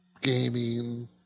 gaming